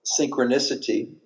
synchronicity